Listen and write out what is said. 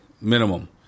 Minimum